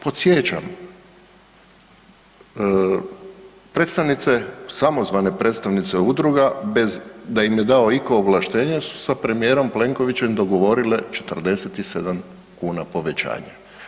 Podsjećam predstavnice, samozvane predstavnice udruga bez da im je dao itko ovlaštenje su sa premijerom Plenkovićem dogovorile 47 kuna povećanje.